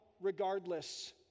regardless